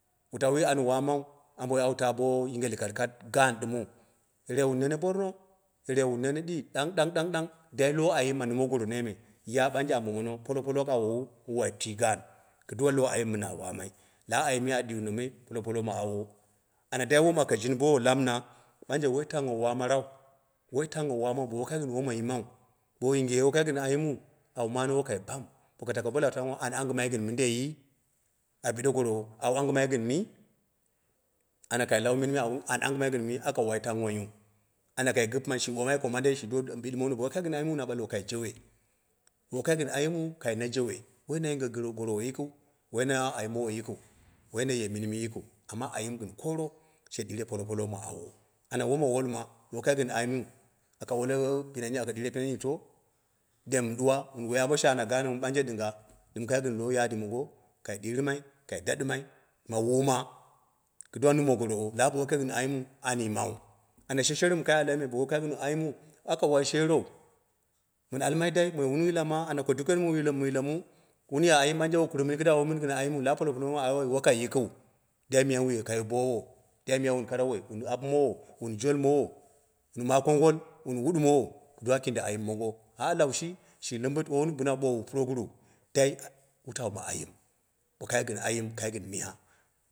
Wutauwi ani wamau ambo mono awu ta bo yinge likalikat gaan ɗɨmia, yerei wun rune bo rong, yerei wun nene ɗii ɗang ɗong ɗang dai lowo ayim ma nume goronoi me ya ɓanje ambo mono polopolo ki awowu wu wai jui gaan kiduwa lowo ayim mi na wamai, lawi ayina a ɗiono mi polopolok ma awo, ana dai wom aka jihobowo lamina, ɓoi nje woi tangngho wamarau, woi tangngho wamau bo wokai gɨn woma yimau, bo wu yingewe wokai gɨn ayinnmu wun mane wu kai bam, bo ka tako bolau tangngho an angimai gɨn mida awu biɗe gorow an angɨma gɨn mi? Ana kai law mim awu, an angɨmai gɨn mi? Aka wai tangnghoiu, anya kai gɨpɨmai shi do shi ɓomai ko mandei shi do shi bɨdi mono bo wokai gɨn ayimma na na ɓalwo kai jewe. Bo wo kai gɨn ayimu kai naje we woina yinge gɨn gorowo yikiu, woi na ai mowo yikiu woi na ye minmi yikiu amma ayim gɨn kono she ɗiure polopolok ma awo, ana woma wolma, bo wokai gin ayimm aka wole pinenmi, akka ɗiure pinenni to? Dem duwa mɨn wai ambo shanna gaanmu ɓanje ɗinga, ɗim kai gin lowo yadi mongo kai diurɨ mai kai da ɗimai ma wumo kiduwa nume gorowo la bo wokai gɨn ayimmu wani yi mau ana sheshero mɨ kai almaiu me bo woka gɨn ayimmu aka wai shereu. Mɨn almai dai moi wuy yilawa, ana anakoduken mu, wu ya ayim ɓanje wu kur mini kɨduwa womɨn gɨn ayimma. lawa polopolok ma awoi wokai yileiu dai miya wu ye kayo ɓoowo, dai miya wun kara woi, wun apumowo, wun jolmowu, wun ma kongol, wun wudumowo kɨduwa kindi ayim mongo, a laushi, shi limbit, wo wun bɨna ɓowu puroguru dai wutau ma ayim. Bo kai gɨn ayim kai gɨn miya.